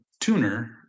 tuner